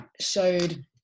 showed